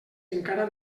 encara